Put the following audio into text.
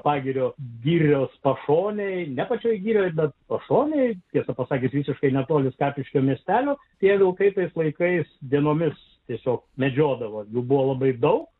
pagirio girios pašonėje ne pačioje girioje bet pašonėje tiesą pasakius visiškai netoli skapiškio miestelio tie vilkai tais laikais dienomis tiesiog medžiodavo jų buvo labai daug